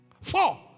Four